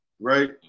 right